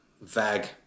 Vag